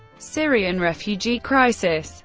syrian refugee crisis